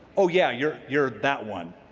oh, yeah, you're, you're that one.